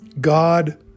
God